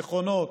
נכונות,